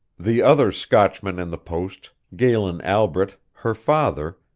the other scotchman in the post, galen albret, her father,